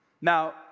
Now